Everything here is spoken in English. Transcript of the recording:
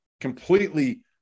completely